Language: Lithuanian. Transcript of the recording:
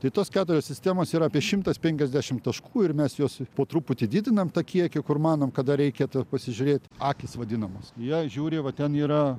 tai tos keturios sistemos yra apie šimtas penkiasdešimt taškų ir mes juos po truputį didinam tą kiekį kur manom kad dar reikėtų pasižiūrėt akys vadinamos jei žiūri va ten yra